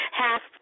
half